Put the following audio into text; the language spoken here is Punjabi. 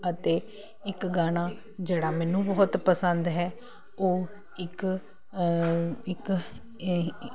ਅਤੇ ਇੱਕ ਗਾਣਾ ਜਿਹੜਾ ਮੈਨੂੰ ਬਹੁਤ ਪਸੰਦ ਹੈ ਉਹ ਇੱਕ ਇੱਕ ਹਿ